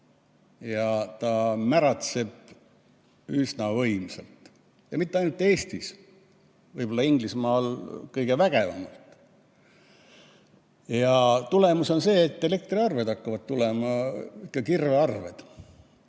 Ta märatseb üsna võimsalt, ja mitte ainult Eestis. Võib-olla Inglismaal kõige vägevamalt. Tagajärg on see, et elektriarved hakkavad tulema ikka kirvearved.